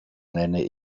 nenne